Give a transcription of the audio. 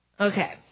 Okay